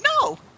No